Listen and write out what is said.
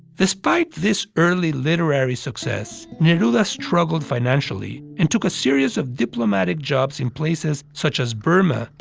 despite this early literary success, neruda struggled financially, and took a series of diplomatic jobs in places such as burma,